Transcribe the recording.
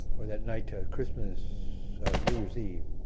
or that night to christmas new year's eve,